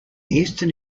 eastern